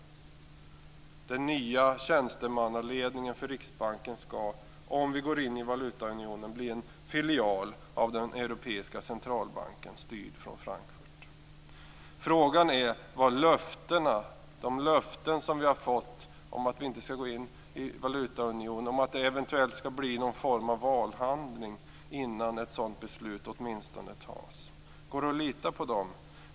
Den nya tjänstemannaledningen för Riksbanken skall, om vi går in i valutaunionen, bli en filial till den europeiska centralbanken, styrd från Frankfurt. Frågan är vad de löften är värda som vi har fått om att vi inte skall gå in i valutaunionen, om att det eventuellt skall bli en form av valhandling innan ett sådant beslut tas. Går det att lita på de löftena?